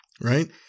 right